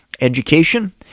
education